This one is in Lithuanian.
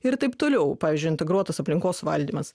ir taip toliau pavyzdžiui integruotos aplinkos valdymas